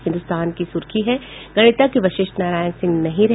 हिन्दुस्तान की सुर्खी है गणितज्ञ वशिष्ठ नारायण नहीं रहे